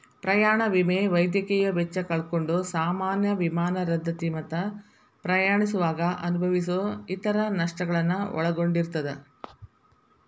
ಪ್ರಯಾಣ ವಿಮೆ ವೈದ್ಯಕೇಯ ವೆಚ್ಚ ಕಳ್ಕೊಂಡ್ ಸಾಮಾನ್ಯ ವಿಮಾನ ರದ್ದತಿ ಮತ್ತ ಪ್ರಯಾಣಿಸುವಾಗ ಅನುಭವಿಸೊ ಇತರ ನಷ್ಟಗಳನ್ನ ಒಳಗೊಂಡಿರ್ತದ